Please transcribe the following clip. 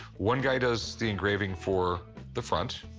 one guy does the engraving for the front,